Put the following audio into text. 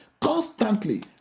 constantly